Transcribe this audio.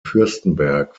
fürstenberg